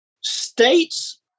states